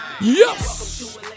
Yes